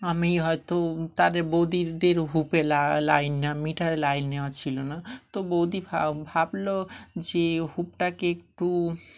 আমি হয়তো তাদের বৌদিদের হুকে লাইন নেওয়া মিটারে লাইন নেওয়া ছিলো না তো বৌদি ভাবলো যে হুকটাকে একটু